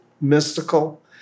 mystical